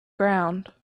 ground